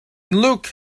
luke